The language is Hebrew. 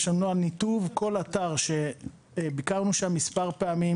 יש לנו נוהל ניתוב כול אתר שביקרנו שם מספר פעמים,